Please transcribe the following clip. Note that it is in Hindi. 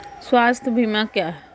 स्वास्थ्य बीमा क्या है?